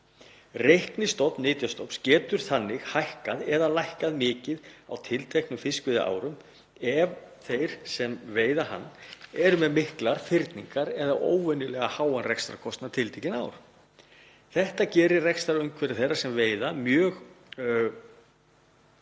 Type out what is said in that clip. Reiknistofn nytjastofns getur þannig hækkað eða lækkað mikið á tilteknu fiskveiðiári ef þeir sem veiða hann eru með miklar fyrningar eða óvenjulega háan rekstrarkostnað tiltekið ár. Þetta gerir rekstrarumhverfi þeirra sem veiða